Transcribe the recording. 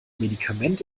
medikament